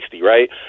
right